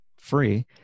free